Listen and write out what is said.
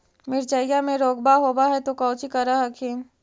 मिर्चया मे रोग्बा होब है तो कौची कर हखिन?